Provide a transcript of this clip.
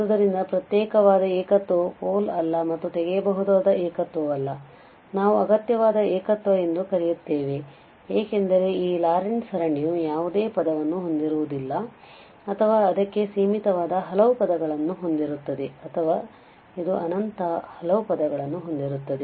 ಆದ್ದರಿಂದ ಪ್ರತ್ಯೇಕವಾದ ಏಕತ್ವವು ಪೋಲ್ ಅಲ್ಲ ಮತ್ತು ತೆಗೆಯಬಹುದಾದ ಏಕತ್ವವಲ್ಲ ನಾವು ಅಗತ್ಯವಾದ ಏಕತ್ವ ಎಂದು ಕರೆಯುತ್ತೇವೆ ಏಕೆಂದರೆ ಈ ಲಾರೆಂಟ್ ಸರಣಿಯು ಯಾವುದೇ ಪದವನ್ನು ಹೊಂದಿರುವುದಿಲ್ಲ ಅಥವಾ ಅದಕ್ಕೆ ಸೀಮಿತವಾದ ಹಲವು ಪದಗಳನ್ನು ಹೊಂದಿರುತ್ತದೆ ಅಥವಾ ಇದು ಅನಂತ ಹಲವು ಪದಗಳನ್ನು ಹೊಂದಿರುತ್ತದೆ